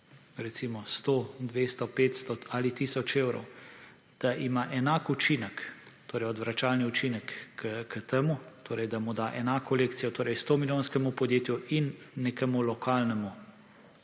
recimo 100, 200, 500 ali tisoč evrov, da ima enak učinek torej odvračalni učinek k temu torej, da mu da enako lekcijo torej 100 milijonskemu podjetju in nekemu lokalnemu